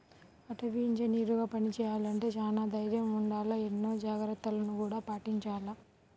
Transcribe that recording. అటవీ ఇంజనీరుగా పని చెయ్యాలంటే చానా దైర్నం ఉండాల, ఎన్నో జాగర్తలను గూడా పాటించాల